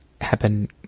happen